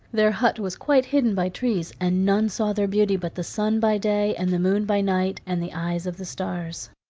their hut was quite hidden by trees, and none saw their beauty but the sun by day, and the moon by night, and the eyes of the stars.